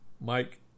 Mike